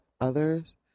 others